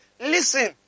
Listen